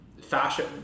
fashion